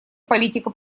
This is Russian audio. политика